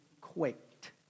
quaked